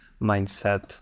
mindset